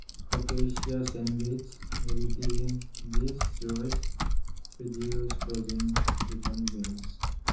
focaccia sandwich ꯅꯦꯂꯤꯗꯤ dish choice produce frozen chicken wings